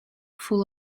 full